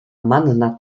manna